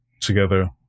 together